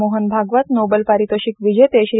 Mohan Bhagwat Nobel पारितोषिक विजेते श्री